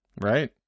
Right